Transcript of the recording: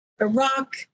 Iraq